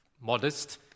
modest